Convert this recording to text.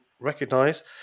recognize